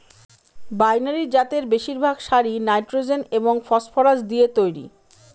binary জাতের বেশিরভাগ সারই নাইট্রোজেন এবং ফসফরাস দিয়ে তৈরি